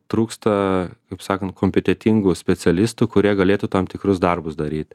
trūksta kaip sakant kompetentingų specialistų kurie galėtų tam tikrus darbus daryti